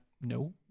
no